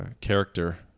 character